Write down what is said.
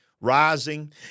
rising